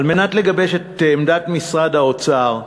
כדי לגבש את עמדת משרד האוצר,